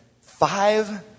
five